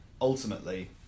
ultimately